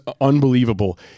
unbelievable